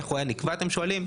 איך הוא היה נקבע אתם שואלים?